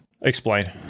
Explain